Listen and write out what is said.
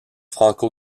franco